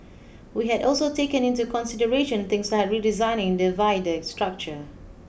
we had also taken into consideration things like redesigning the viaduct structure